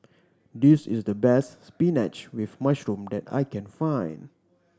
this is the best spinach with mushroom that I can find